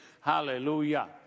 Hallelujah